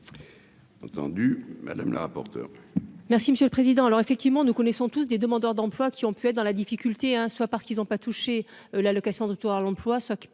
Entendu Madame la rapporteure.